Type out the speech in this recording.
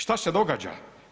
Šta se događa?